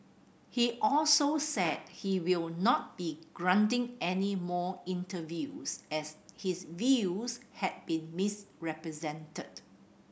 he also said he will not be granting any more interviews as his views had been misrepresented